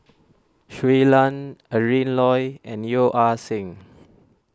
Shui Lan Adrin Loi and Yeo Ah Seng